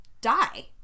die